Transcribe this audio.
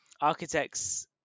architects